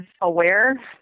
aware